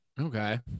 Okay